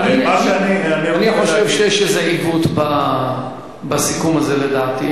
אני חושב שיש איזה עיוות בסיכום הזה, לדעתי.